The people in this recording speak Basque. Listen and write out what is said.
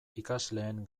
ikasleen